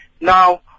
now